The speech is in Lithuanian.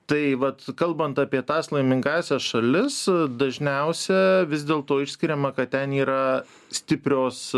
tai vat kalbant apie tas laimingąsias šalis dažniausia vis dėl to išskiriama kad ten yra stiprios